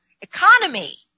economy